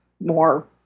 more